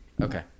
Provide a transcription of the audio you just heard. Okay